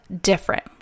different